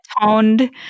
toned